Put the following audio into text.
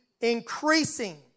increasing